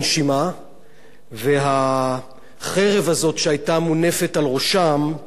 והחרב הזאת שהיתה מונפת על ראשם בשבועות האחרונים,